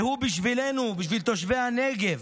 והוא בשבילנו, בשביל תושבי הנגב,